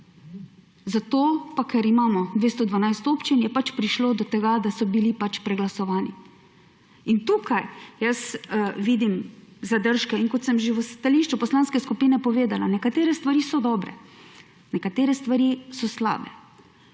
Zato pa, ker imamo 212 občin, je pač prišlo do tega, da so bili pač preglasovani. In tukaj jaz vidim zadržke. In kot sem že v stališču poslanske skupine povedala, nekatere stvari so dobre, nekatere stvari so slabe,